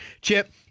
Chip